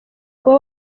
kuba